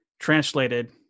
translated